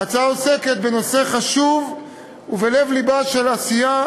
ההצעה עוסקת בנושא חשוב ובלב-לבה של עשייה